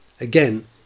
Again